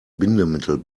bindemittel